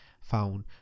found